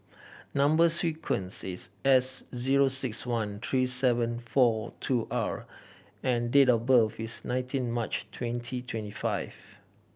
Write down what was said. number sequence is S zero six one three seven four two R and date of birth is nineteen March twenty twenty five